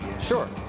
Sure